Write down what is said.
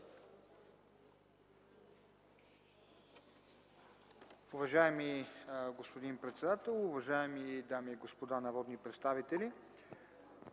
Уважаеми господин председател, уважаеми дами и господа народни представители!